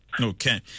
Okay